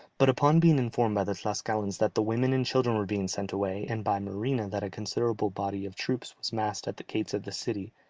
but upon being informed by the tlascalans that the women and children were being sent away, and by marina that a considerable body of troops was massed at the gates of the city,